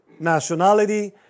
nationality